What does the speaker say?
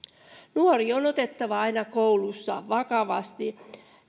nuori on otettava aina koulussa vakavasti